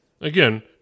again